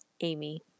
Amy